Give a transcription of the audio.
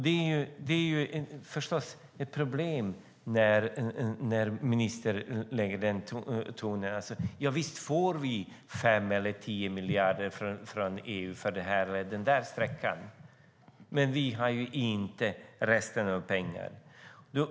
Det är förstås ett problem när ministern anslår den tonen: Javisst får vi 5 eller 10 miljarder från EU för den där sträckan, men vi har ju inte resten av pengarna.